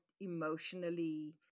emotionally